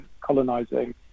colonizing